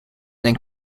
then